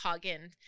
Hagen